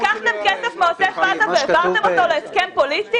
לקחתם כסף מעוטף עזה, והעברתם אותו להסכם פוליטי?